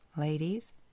ladies